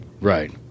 right